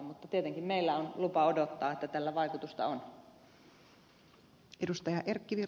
mutta tietenkin meillä on lupa odottaa että tällä vaikutusta on